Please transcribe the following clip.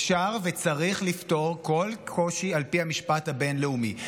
אפשר וצריך לפתור כל קושי על פי המשפט הבין-לאומי.